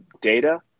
data